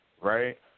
right